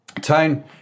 Tone